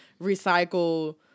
recycle